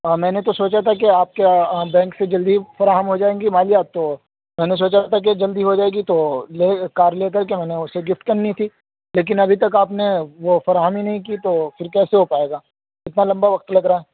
میں نے تو سوچا تھا کہ آپ کے بینک سے جلدی فراہم ہو جائیں گی مالیات تو میں نے سوچا تھا کہ جلدی ہو جائے گی لے تو کار لے کے میں نے اسے گفٹ کرنی تھی لیکن ابھی تک آپ نے وہ فراہم ہی نہیں کی تو پھر کیسے ہو پائے گا اتنا لمبا وقت لگ رہا ہے